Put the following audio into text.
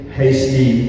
hasty